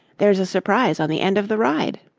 there's a surprise on the end of the ride.